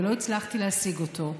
ולא הצלחתי להשיג אותו.